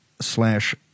slash